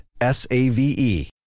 S-A-V-E